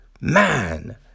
Man